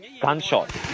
gunshot